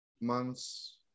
months